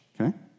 okay